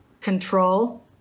control